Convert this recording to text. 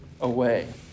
away